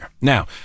Now